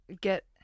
get